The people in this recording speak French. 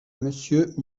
monsieur